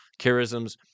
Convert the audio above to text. charisms